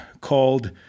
called